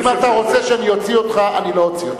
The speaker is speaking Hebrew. אם אתה רוצה שאני אוציא אותך, אני לא אוציא אותך.